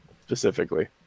specifically